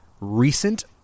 recent